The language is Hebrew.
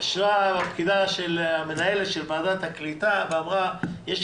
ישבה המנהלת של ועדת הקליטה ואמרה שיש